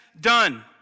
done